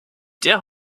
der